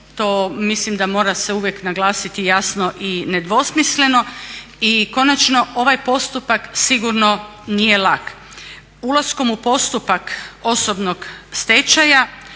to mislim da mora se uvijek naglasiti jasno i nedvosmisleno. I konačno, ovaj postupak sigurno nije lak. Ulaskom u postupak osobnog stečaja